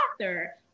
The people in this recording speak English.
author